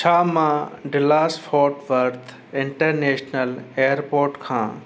छा मां Dallas Fort Worth international airport खां